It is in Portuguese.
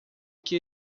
que